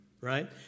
right